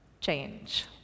change